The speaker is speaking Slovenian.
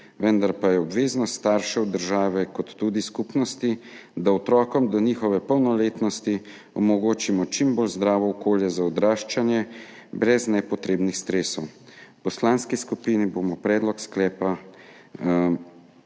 vendar pa je obveznost staršev, države kot tudi skupnosti, da otrokom do njihove polnoletnosti omogočimo čim bolj zdravo okolje za odraščanje brez nepotrebnih stresov. V Poslanski skupini bomo predlog sklepa,